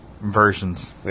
versions